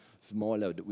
smaller